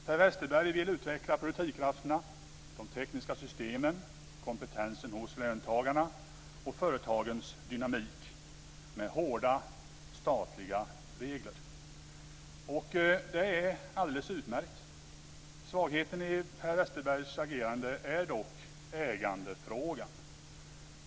Per Westerberg vill utveckla produktivkrafterna, de tekniska systemen, kompetensen hos löntagarna och företagens dynamik med hårda statliga regler. Det är alldeles utmärkt. Svagheten i Per Westerbergs agerande är dock ägandefrågan.